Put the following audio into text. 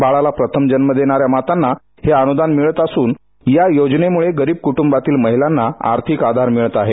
बाळाला प्रथम जन्म देणाऱ्या मातांना हे अनुदान मिळत असून या योजनेमुळे गरीब कुटुंबातील महिलांना आर्थिक आधार मिळत आहे